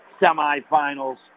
semifinals